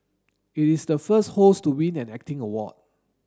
it is the first host to win an acting award